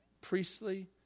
priestly